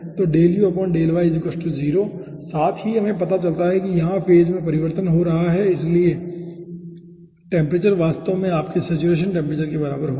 तो साथ ही हमें पता चलता है कि वहां फेज में परिवर्तन हो रहा है इसलिए टेम्परेचर वास्तव में आपके सैचुरेशन टेम्परेचर के बराबर होगा